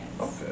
Okay